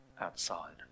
outside